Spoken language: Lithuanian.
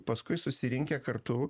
paskui susirinkę kartu